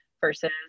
versus